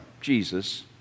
Jesus